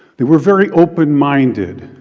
they were very open-minded,